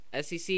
SEC